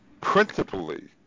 principally